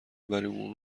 بریمون